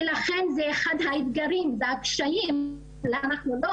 ולכן זה אחד האתגרים והקשיים למה אנחנו לא